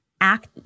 act